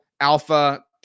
alpha